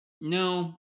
no